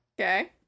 Okay